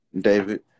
David